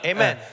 Amen